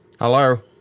Hello